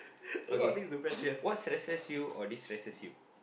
okay what stresses you or destresses you